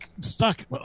stuck